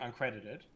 uncredited